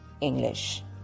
English